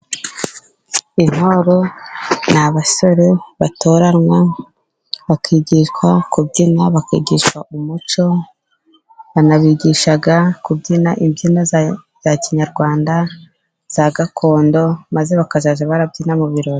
Intore ni abasore batoranywa bakigishwa kubyina, bakigisha umuco. Banabigisha kubyina imbyino za kinyarwanda za gakondo, maze bakazajya babyina mu birori.